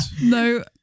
No